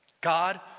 God